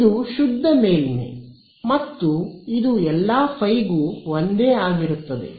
ಇದು ಶುದ್ಧ ಮೇಲ್ಮೈ ಮತ್ತು ಇದು ಎಲ್ಲಾ ಫೈ ϕ ಗೂ ಒಂದೇ ಆಗಿರುತ್ತದೆ